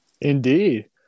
Indeed